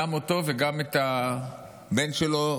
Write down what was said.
גם אותו וגם את הבן שלו,